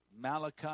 Malachi